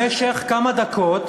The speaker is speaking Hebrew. במשך כמה דקות,